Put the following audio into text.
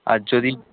আর যদি